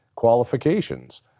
qualifications